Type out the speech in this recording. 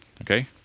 okay